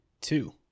Two